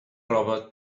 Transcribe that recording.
roba